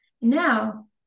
now